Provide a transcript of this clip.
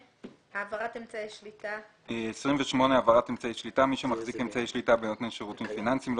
28.העברת אמצעי שליטה מי שמחזיק אמצעי שליטה בנותן שירותים פיננסיים לא